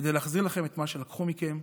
כדי להחזיר לכם את מה שלקחו מכם.